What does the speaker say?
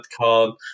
called